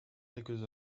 quelques